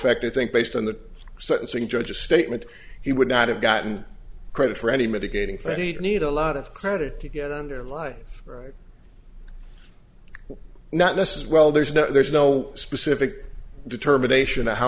fact i think based on the sentencing judge statement he would not have gotten credit for any mitigating for he need a lot of credit to get in their life right now this is well there's no there's no specific determination of how